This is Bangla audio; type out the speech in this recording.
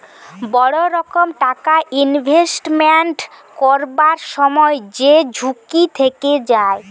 বড় রকম টাকা ইনভেস্টমেন্ট করবার সময় যেই ঝুঁকি থেকে যায়